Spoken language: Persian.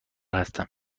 هستم